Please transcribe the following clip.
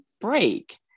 break